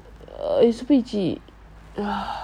err